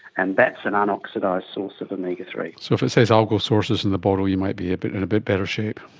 and that's an unoxidised source of omega three. so if it says algal sources on and the bottle you might be but in a bit better shape.